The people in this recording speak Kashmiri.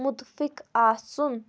مُتفِق آسُن